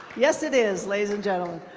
yes it is, ladies and gentlemen.